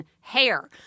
Hair